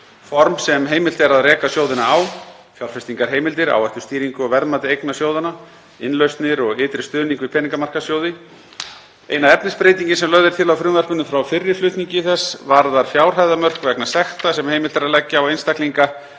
form sem heimilt er að reka sjóðina á, fjárfestingarheimildir, áhættustýringu og verðmat eigna sjóðanna, innlausnir og ytri stuðning við peningamarkaðssjóði. Eina efnisbreytingin sem lögð er til á frumvarpinu frá fyrri flutningi þess varðar fjárhæðamörk vegna sekta sem heimilt er að leggja á einstaklinga,